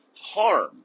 harm